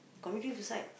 committing suicide